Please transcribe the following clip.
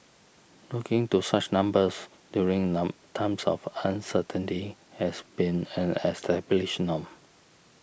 looking to such numbers during none times of uncertainty has been an established norm